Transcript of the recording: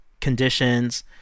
conditions